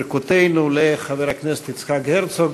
ברכותינו לחבר הכנסת יצחק הרצוג.